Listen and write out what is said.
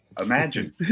Imagine